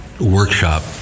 workshop